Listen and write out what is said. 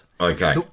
Okay